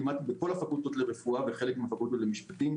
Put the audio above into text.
לימדתי בכל הפקולטות לרפואה ובחלק מן הפקולטות למשפטים,